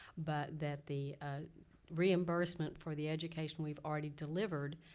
but that the reimbursement for the education we've already delivered,